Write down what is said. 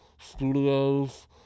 studios